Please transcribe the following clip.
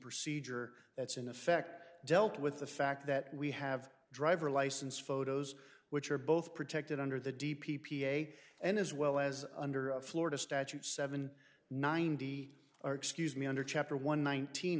procedure that's in effect dealt with the fact that we have driver license photos which are both protected under the deep e p a and as well as under a florida statute seven ninety or excuse me under chapter one